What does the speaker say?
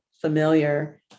familiar